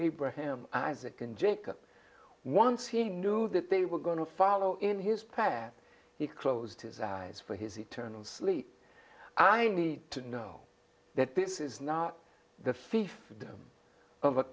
abraham isaac and jacob one seeing knew that they were going to follow in his pad he closed his eyes for his eternal sleep i need to know that this is not the fiefdom of a